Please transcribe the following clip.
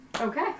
Okay